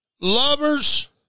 Lovers